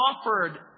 offered